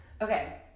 Okay